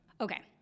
Okay